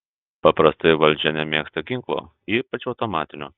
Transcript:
paprastai valdžia nemėgsta ginklų ypač automatinių